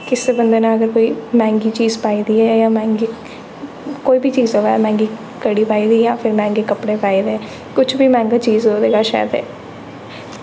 इस बंदे ने कोई मैंह्गी चीज़ पाई दी ऐ जां मैंह्गी कोई बी चीज़ होऐ मैंह्गी घड़ी पाई दी जां फ्ही मैंह्गे कपड़े पाए दे कुछ बी मैंह्गी चीज़ होऐ शैल ते